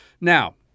Now